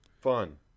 Fun